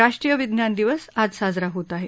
राष्ट्रीय विज्ञान दिवस आज साजरा होत आहे